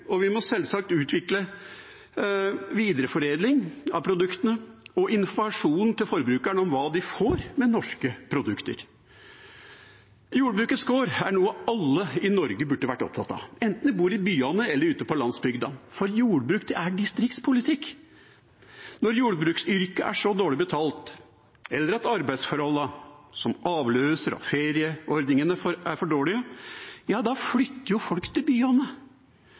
og vi må selvsagt utvikle videreforedling av produktene og informasjon til forbrukeren om hva de får med norske produkter. Jordbrukets kår er noe alle i Norge burde vært opptatt av, enten de bor i byene eller ute på landsbygda, for jordbruk er distriktspolitikk. Når jordbruksyrket er så dårlig betalt, eller arbeidsforholdene, som avløser- og ferieordningene, er for dårlige, flytter folk til byene.